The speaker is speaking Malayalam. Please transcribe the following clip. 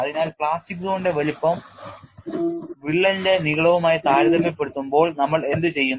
അതിനാൽ പ്ലാസ്റ്റിക് സോണിന്റെ വലുപ്പം വിള്ളലിന്റെ നീളവുമായി താരതമ്യപ്പെടുത്തുമ്പോൾ നമ്മൾ എന്തുചെയ്യും